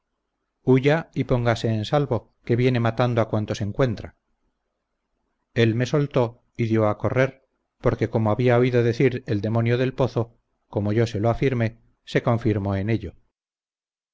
huya y póngase en salvo que viene matando a cuantos encuentra él me soltó y dió a correr porque como había oído decir el demonio del pozo como yo se lo afirmé se confirmó en ello